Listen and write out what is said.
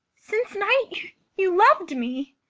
since night you lov'd me